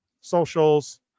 socials